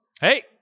Hey